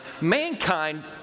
Mankind